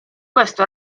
questo